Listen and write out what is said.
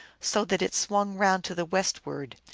so that it swung round to the westward,